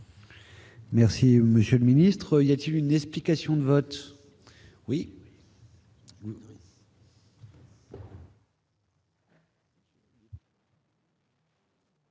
Merci monsieur le ministre, il y a-t-il une explication de vote oui.